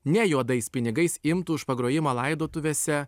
ne juodais pinigais imtų už pagrojimą laidotuvėse